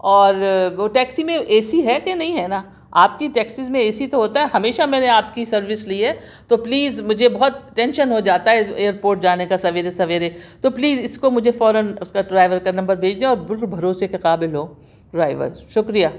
اور وہ ٹیکسی میں اے سی ہے کہ نہیں ہے نا آپ کی ٹیکسز میں اے سی تو ہوتا ہے ہمیشہ میں نے آپ کی سروس لی ہے تو پلیز مجھے بہت ٹینشن ہو جاتا ہے ایئر پورٹ جانے کا سویرے سویرے تو پلیز اِس کو مجھے فوراً اُس کا ڈرائیور کا نمبر بھیج دیں اور بالکل بھروسے کے قابل ہو ڈرائیور شُکریہ